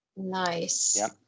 Nice